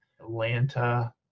Atlanta